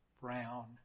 brown